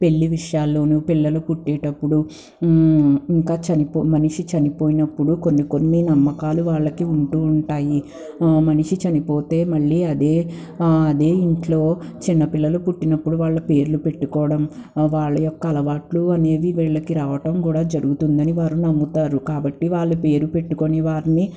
పెళ్లి విషయాలు పిల్లలు పుట్టేటప్పుడు ఇంకా చనిపో మనిషి చనిపోయినప్పుడు కొన్ని కొన్ని నమ్మకాలు వాళ్ళకి ఉంటూ ఉంటాయి మనిషి చనిపోతే మళ్ళీ అదే అదే ఇంట్లో చిన్నపిల్లలు పుట్టినప్పుడు వాళ్ళ పేర్లు పెట్టుకోవడం వాళ్ళ యొక్క అలవాట్లు అనేది వీళ్ళకి రావటం కూడా జరుగుతుందని వారు నమ్ముతారు కాబట్టి వాళ్ళపేరు పెట్టుకొని వారిని